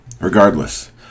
Regardless